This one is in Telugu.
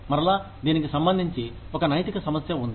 మరల దీనికి సంబంధించి ఒక నైతిక సమస్య ఉంది